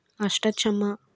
అష్టా చెమ్మా